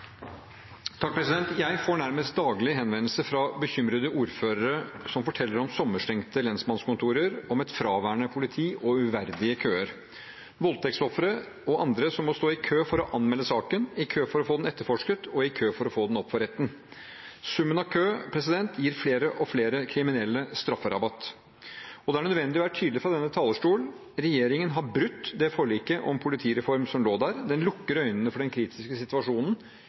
Jeg får nærmest daglig henvendelser fra bekymrede ordførere som forteller om sommerstengte lensmannskontorer, om et fraværende politi og uverdige køer: voldtektsofre, og andre, som må stå i kø for å anmelde saken, i kø for å få den etterforsket og i kø for å få den opp for retten. Summen av kø gir flere og flere kriminelle strafferabatt. Og det er nødvendig å være tydelig fra denne talerstolen: Regjeringen har brutt det forliket om politireform som lå der. Den lukker øynene for den kritiske situasjonen